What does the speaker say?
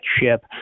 ship